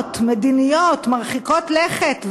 השלכות מדיניות מרחיקות לכת,